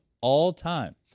all-time